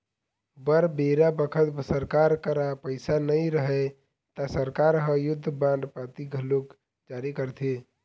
बर बेरा बखत सरकार करा पइसा नई रहय ता सरकार ह युद्ध बांड पाती घलोक जारी करथे